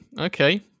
Okay